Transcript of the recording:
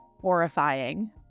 horrifying